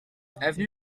avenue